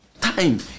Time